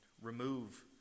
remove